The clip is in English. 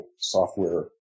software